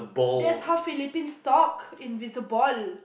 that's how Philippines talk invisible